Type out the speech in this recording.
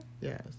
Yes